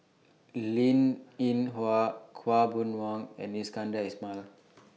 Linn in Hua Khaw Boon Wan and Iskandar Ismail